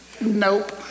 Nope